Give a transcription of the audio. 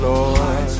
Lord